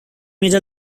made